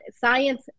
Science